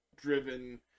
driven